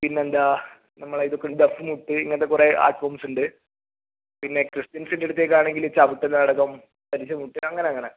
പിന്നെയെന്താണ് നമ്മുടെ ഇതൊക്കെ ദഫ്മുട്ട് ഇങ്ങനത്തെ കുറേ ആർട്ട് ഫോംസ് ഉണ്ട് പിന്നെ ക്രിസ്ത്യൻസിൻ്റെ അടുത്തേക്കാണെങ്കിൽ ചവിട്ടുനാടകം പരിചമുട്ട് അങ്ങനെയങ്ങനെ